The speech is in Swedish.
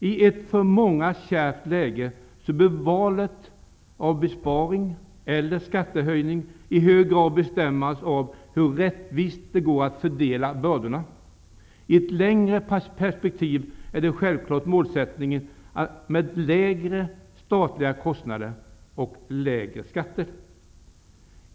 I ett för många kärvt läge bör valet av besparing eller skattehöjning i hög grad bestämmas av hur rättvist det går att fördela bördorna. I ett längre perspektiv är självfallet målsättningen lägre statliga kostnader och lägre skatter.